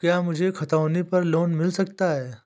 क्या मुझे खतौनी पर लोन मिल सकता है?